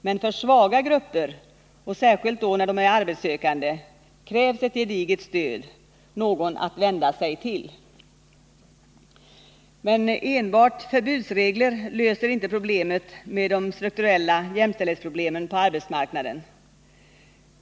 Men för svaga grupper, och särskilt då när de är arbetssökande, krävs ett gediget stöd, någon att vända sig till. Men enbart förbudsregler löser inte de strukturella jämställdhetsproblemen på arbetsmarknaden.